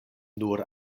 nur